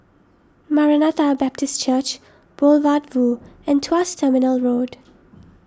Maranatha Baptist Church Boulevard Vue and Tuas Terminal Road